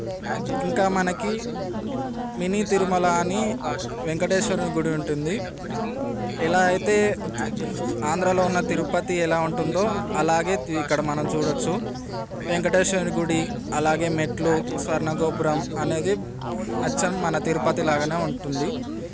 ఇంకా మనకి మినీ తిరుమల అని వెంకటేశ్వర్ల గుడి ఉంటుంది ఎలా అయితే ఆంధ్రలో ఉన్న తిరుపతి ఎలా ఉంటుందో అలాగే ఇక్కడ మనం చూడవచ్చు వెంకటేశ్వర్ల గుడి అలాగే మెట్లు స్వర్ణ గోపురం అనేది అచ్చం మన తిరుపతి లాగానే ఉంటుంది